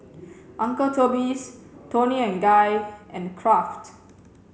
uncle Toby's Toni and Guy and Kraft